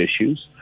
issues